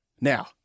Now